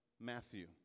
Matthew